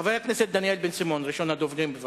חבר הכנסת דניאל בן-סימון, ראשון הדוברים, בבקשה.